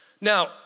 Now